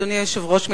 אדוני היושב-ראש,